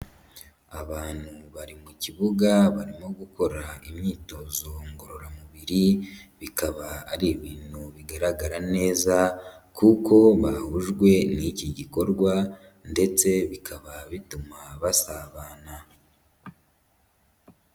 Abantu bari mu kibuga, barimo gukora imyitozo ngororamubiri, bikaba ari ibintu bigaragara neza kuko bahujwe n'iki gikorwa ndetse bikaba bituma basabana.